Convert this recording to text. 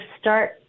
start